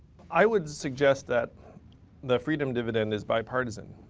i would suggest that the freedom dividend is bipartisan.